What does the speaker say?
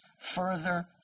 further